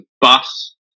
bus